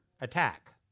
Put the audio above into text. attack